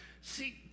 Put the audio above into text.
See